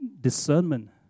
discernment